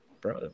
bro